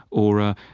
or,